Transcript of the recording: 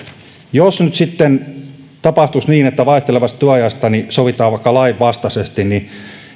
jos nyt sitten tapahtuisi niin että vaihtelevasta työajasta sovitaan lainvastaisesti